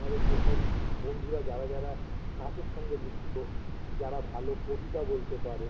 আমাদের যেসব বন্ধুরা যারা যারা নাচের সঙ্গে যুক্ত যারা ভালো কবিতা বলতে পারে